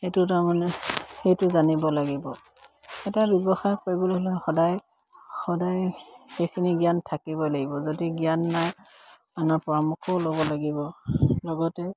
সেইটো তাৰমানে সেইটো জানিব লাগিব এটা ব্যৱসায় কৰিবলৈ হ'লে সদায় সদায় সেইখিনি জ্ঞান থাকিব লাগিব যদি জ্ঞান নাই আনৰ পৰামৰ্শও ল'ব লাগিব লগতে